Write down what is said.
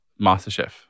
MasterChef